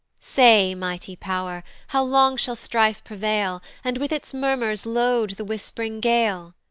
say, mighty pow'r, how long shall strife prevail, and with its murmurs load the whisp'ring gale?